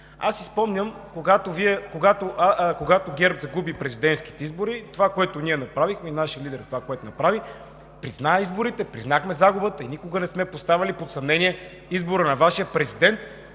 Аз си спомням, когато ГЕРБ загуби президентските избори, това, което ние направихме, и това, което нашият лидер направи, е, че призна изборите, призна загубата и никога не сме поставяли под съмнение избора на Вашия президент